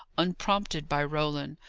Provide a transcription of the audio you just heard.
unprompted by roland.